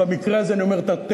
זה לא ברגל,